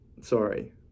Sorry